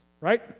right